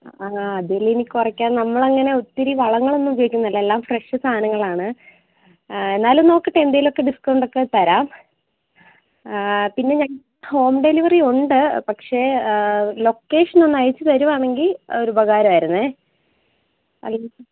ആ അതിൽ ഇനി കുറക്കാൻ നമ്മൾ അങ്ങനെ ഒത്തിരി വളങ്ങളൊന്നും ഉപയോഗിക്കുന്നതല്ല എല്ലാം ഫ്രഷ് സാധനങ്ങളാണ് എന്നാലും നോക്കട്ടെ എന്തെങ്കിലും ഒക്കെ ഡിസ്കൗണ്ട് ഒക്കെ തരാം പിന്നെ ഞങ്ങൾക്ക് ഹോം ഡെലിവറി ഉണ്ട് പക്ഷെ ലൊക്കേഷൻ ഒന്ന് അ യച്ചു തരുകയാണെങ്കിൽ ഒരു ഉപകാരം ആയിരുന്നു അല്ലെങ്കിൽ പിന്നെ